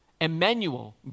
Emmanuel